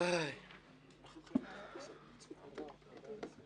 מה הערכים שלו וידע מה להצביע